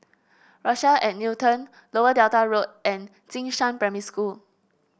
Rochelle at Newton Lower Delta Road and Jing Shan Primary School